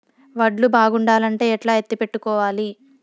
వడ్లు బాగుండాలంటే ఎట్లా ఎత్తిపెట్టుకోవాలి?